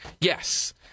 Yes